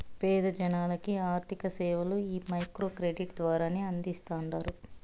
పేద జనాలకి ఆర్థిక సేవలు ఈ మైక్రో క్రెడిట్ ద్వారానే అందిస్తాండారు